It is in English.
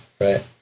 right